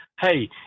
Hey